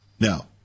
Now